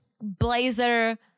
blazer